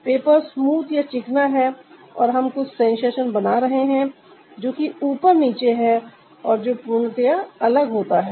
paper smooth या चिकना है और हम कुछ सेंसेशन बना रहे हैं जो कि ऊपर नीचे है और जो पूर्णतया अलग होता है